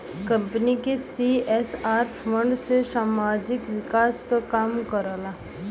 company CSR fund से सामाजिक विकास क काम करला